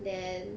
then